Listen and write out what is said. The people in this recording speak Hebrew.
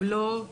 אם לא,